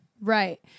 Right